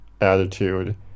attitude